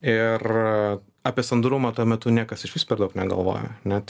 ir apie sandarumą tuo metu niekas išvis per daug negalvoja net